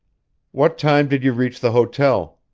what time did you reach the hotel?